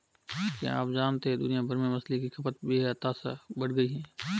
क्या आप जानते है दुनिया भर में मछली की खपत बेतहाशा बढ़ गयी है?